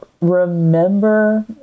remember